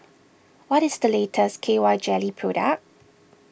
what is the latest K Y jelly product